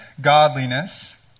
godliness